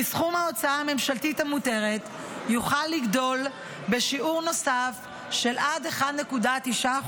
כי סכום ההוצאה הממשלתית המותרת יוכל לגדול בשיעור נוסף של עד 1.9%,